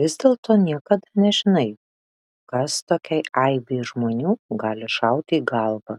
vis dėlto niekada nežinai kas tokiai aibei žmonių gali šauti į galvą